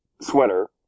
sweater